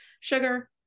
sugar